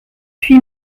huit